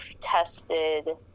tested